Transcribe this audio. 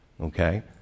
okay